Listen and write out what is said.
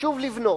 חשוב לבנות.